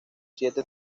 siete